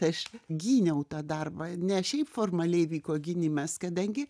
aš gyniau tą darbą ne šiaip formaliai vyko gynimas kadangi